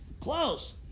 close